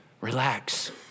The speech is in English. Relax